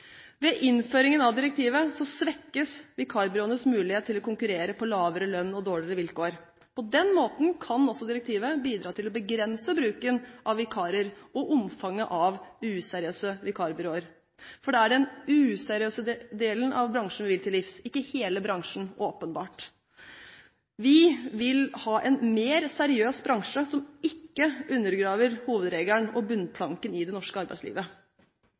Ved innføringen av direktivet svekkes vikarbyråenes mulighet til å konkurrere med lavere lønn og dårligere vilkår. På den måten kan også direktivet bidra til å begrense bruken av vikarer og omfanget av useriøse vikarbyråer. Det er den useriøse delen av bransjen vi vil til livs, ikke hele bransjen, åpenbart. Vi vil ha en mer seriøs bransje, som ikke undergraver hovedregelen og bunnplanken i det norske arbeidslivet: